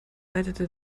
leitete